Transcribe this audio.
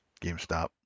GameStop